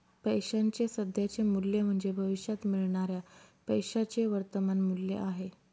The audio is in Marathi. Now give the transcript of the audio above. पैशाचे सध्याचे मूल्य म्हणजे भविष्यात मिळणाऱ्या पैशाचे वर्तमान मूल्य आहे